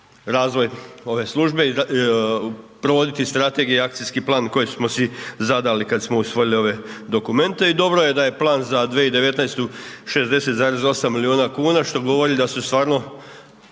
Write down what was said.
razvoj ove službe, provoditi strategija akcijski plan koji smo si zadali kad smo usvojili ove dokumente i dobro je da je plan za 2019. 60,8 milijuna kuna što govori da se stvarno